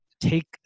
take